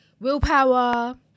willpower